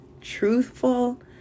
truthful